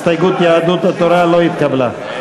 הסתייגות יהדות התורה לא נתקבלה.